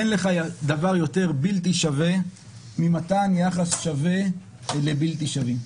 אין לך דבר יותר בלתי שווה ממתן יחס שווה לבלתי שווים.